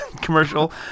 commercial